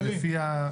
זה לפי העברית התקינה.